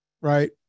Right